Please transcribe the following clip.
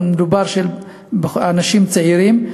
שמדובר באנשים צעירים,